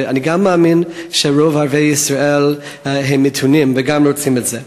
אני גם מאמין שרוב ערביי ישראל הם מתונים וגם הם רוצים את זה.